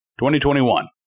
2021